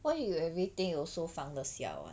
why you do everything also 放得下 [one]